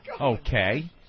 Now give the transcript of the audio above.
Okay